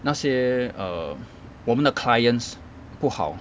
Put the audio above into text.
那些 err 我们的 clients 不好